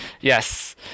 Yes